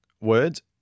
words